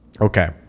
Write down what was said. Okay